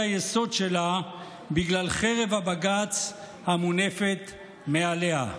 היסוד שלה בגלל חרב הבג"ץ המונפת מעליה.